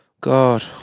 God